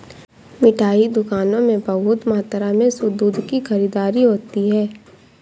मिठाई दुकानों में बहुत मात्रा में शुद्ध दूध की खरीददारी होती है